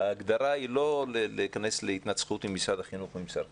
ההגדרה היא לא להיכנס להתנצחות עם משרד החינוך או עם שר החינוך.